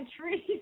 trees